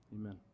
Amen